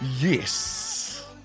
Yes